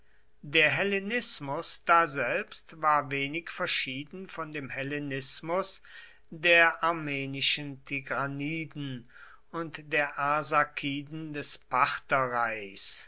der hellenismus daselbst war wenig verschieden von dem hellenismus der armenischen tigraniden und der arsakiden des